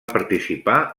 participar